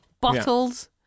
bottles